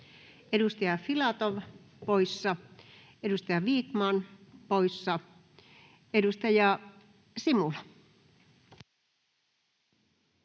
Edustaja Filatov poissa, edustaja Vikman poissa. — Edustaja Simula.